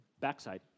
backside